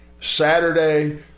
Saturday